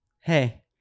hey